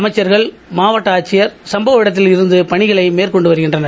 அமைச்சா்கள் மாவட்ட ஆட்சியர் சம்பவ இடத்தில் இருந்து பணிகளை மேற்கொண்டு வருகின்றனர்